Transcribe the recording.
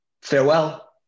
Farewell